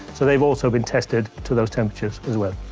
so they've also been tested to those temperatures as well.